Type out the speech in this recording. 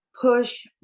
push